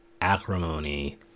acrimony